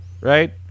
right